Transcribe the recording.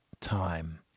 time